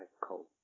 cold